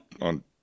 on